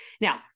Now